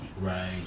Right